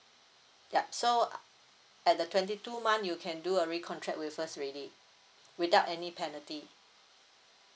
yup so at the twenty two month you can do a recontract with us already without any penalty